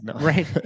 right